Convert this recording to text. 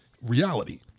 reality